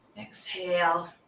Exhale